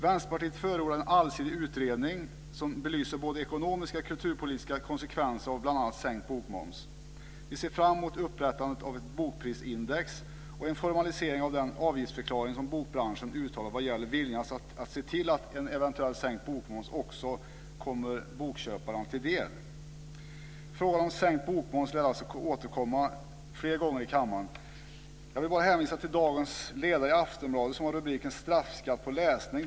Vänsterpartiet förordar en allsidig utredning, som belyser både ekonomiska och kulturpolitiska konsekvenser av bl.a. sänkt bokmoms. Vi ser fram mot upprättandet av ett bokprisindex och en formalisering av den avgiftsförklaring som bokbranschen uttalat vad gäller viljan att se till att en eventuellt sänkt bokmoms också kommer bokköparna till del. Frågan om sänkt bokmoms lär alltså återkomma fler gånger i kammaren. Jag vill bara hänvisa till dagens ledare i Aftonbladet, som har rubriken "Straffskatt på läsning".